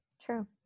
True